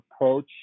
approach